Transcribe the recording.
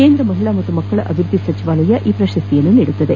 ಕೇಂದ್ರ ಮಹಿಳಾ ಮತ್ತು ಮಕ್ಕಳ ಅಭಿವೃದ್ಧಿ ಸಚಿವಾಲಯ ಈ ಪ್ರಶಸ್ತಿಯನ್ನು ನೀಡುತ್ತದೆ